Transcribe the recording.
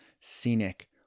scenic